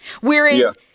Whereas